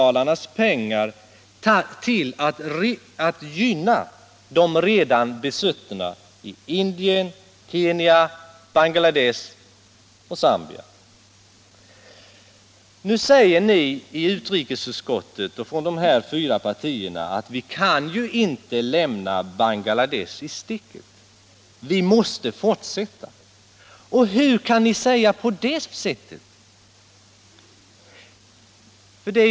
Sådana finns inte i nämnda länder. utvecklingssamar Nu säger representanterna i utrikesutskottet för dessa fyra partier att bete m.m. vi inte kan lämna Bangladesh i sticket utan att vi måste fortsätta. Men hur kan ni säga på det sättet?